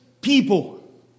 people